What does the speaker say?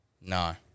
No